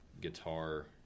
guitar